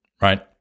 right